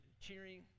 cheering